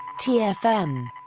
TFM